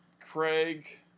Craig